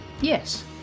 Yes